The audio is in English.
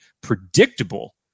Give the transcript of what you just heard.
predictable